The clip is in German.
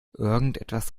irgendetwas